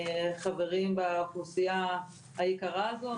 חברים באוכלוסייה היקרה הזו.